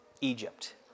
Egypt